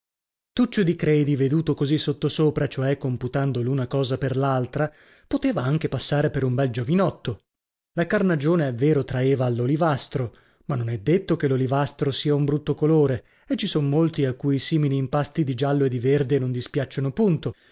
tuccio di credi veduto così sottosopra cioè computando l'una cosa per l'altra poteva anche passare per un bel giovinotto la carnagione è vero traeva all'olivastro ma non è detto che l'olivastro sia un brutto colore e ci son molti a cui simili impasti di giallo e di verde non dispiacciono punto